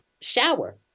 shower